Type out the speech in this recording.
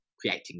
creating